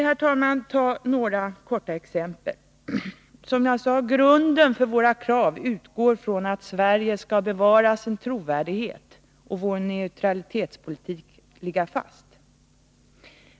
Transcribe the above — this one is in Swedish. Låt mig ta några exempel. Som jag sade är grunden för våra krav att Sverige skall bevara sin trovärdighet och att dess neutralitetspolitik skall ligga fast.